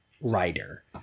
writer